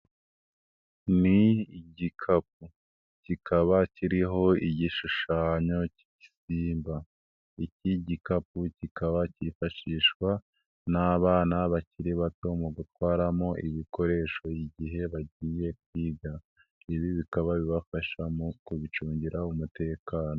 Ni igikapu kikaba kiriho igishushanyo cy'igisimba, iki gikapu kikaba cyifashishwa n'abana bakiri bato mu gutwaramo ibikoresho igihe bagiye kwiga, ibi bikaba bibafasha mu kubicungira umutekano.